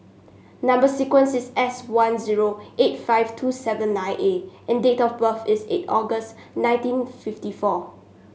number sequence is S one zero eight five two seven nine A and date of birth is eight August nineteen fifty four